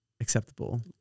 acceptable